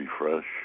refresh